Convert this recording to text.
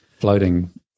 floating